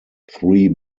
three